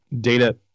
data